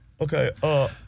Okay